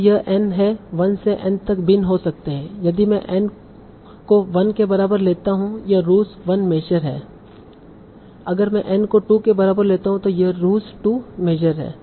तो यह N है 1 से n तक भिन्न हो सकते है यदि मैं n को 1 के बराबर लेता हु यह रूज 1 मेशर है अगर मैं n को 2 के बराबर लेता हु यह रूज 2 मेशर है